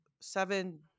seven